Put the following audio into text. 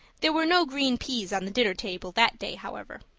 there were no green peas on the dinner table that day, however.